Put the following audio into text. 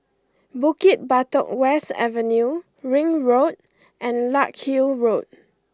Bukit Batok West Avenue Ring Road and Larkhill Road